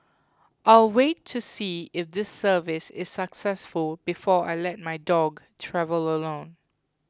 I'll wait to see if this service is successful before I let my dog travel alone